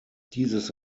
dieses